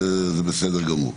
זה בסדר גמור.